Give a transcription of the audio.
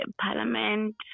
Parliament